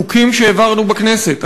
חוקים שהעברנו בכנסת,